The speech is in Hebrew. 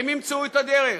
הן ימצאו את הדרך.